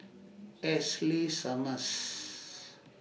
Ashley Summers